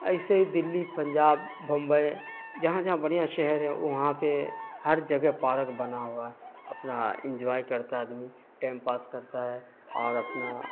ایسے ہی دلی پنجاب بمبئی جہاں جہاں بڑھیاں شہر ہے وہاں پہ ہر جگہ پارک بنا ہوا ہے اپنا انجوائے کرتا ہے آدمی ٹیم پاس کرتا ہے اور اپنا